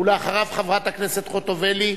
ואחריו, חברת הכנסת חוטובלי,